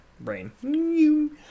brain